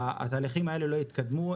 התהליכים האלה לא התקדמו.